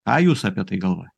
ą jūs apie tai galvoja